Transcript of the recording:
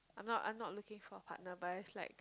I'm not I'm not looking for a partner but it's like